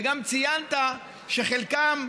וגם ציינת שחלקם,